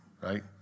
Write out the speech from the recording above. right